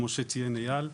כמו שציין אייל,